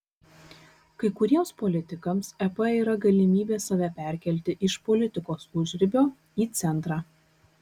kai kuriems politikams ep yra galimybė save perkelti iš politikos užribio į centrą